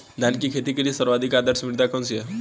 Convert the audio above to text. धान की खेती के लिए सर्वाधिक आदर्श मृदा कौन सी है?